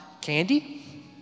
candy